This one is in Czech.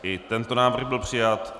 I tento návrh byl přijat.